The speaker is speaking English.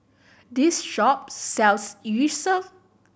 this shop sells Yu Sheng